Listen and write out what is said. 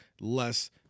less